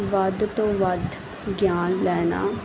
ਵੱਧ ਤੋਂ ਵੱਧ ਗਿਆਨ ਲੈਣਾ